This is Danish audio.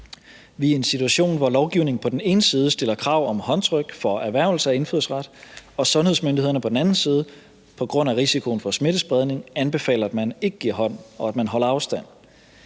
Vi er i en situation, hvor lovgivningen på den ene side stiller krav om håndtryk for erhvervelse af indfødsret og sundhedsmyndighederne på den anden side på grund af risikoen for smittespredning anbefaler, at man ikke giver hånd og holder afstand.